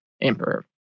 emperor